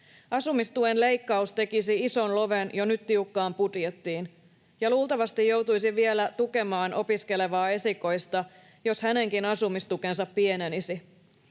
Asumistuen leikkaus tekisi ison loven jo nyt tiukkaan budjettiin. Ja luultavasti joutuisin vielä tukemaan opiskelevaa esikoista, jos hänenkin asumistukensa pienenisi.